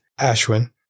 Ashwin